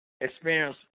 experience